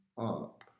up